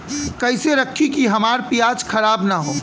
कइसे रखी कि हमार प्याज खराब न हो?